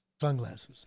sunglasses